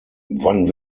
wann